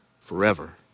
forever